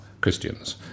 Christians